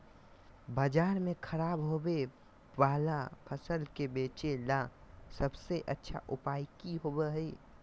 बाजार में खराब होबे वाला फसल के बेचे ला सबसे अच्छा उपाय की होबो हइ?